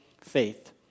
faith